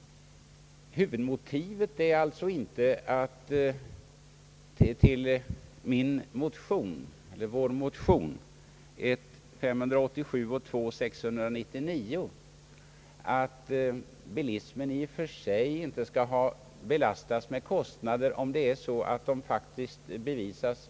Huvudmotivet till vår motion 1I:587 och II: 699 är alltså inte att bilismen i och för sig inte skall belastas med kostnader om det faktiskt visats att den skall svara för dessa kostnader.